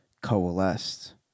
coalesced